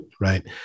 Right